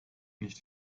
nicht